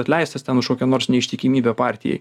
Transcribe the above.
atleistas ten už kokią nors neištikimybę partijai